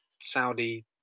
Saudi